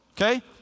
Okay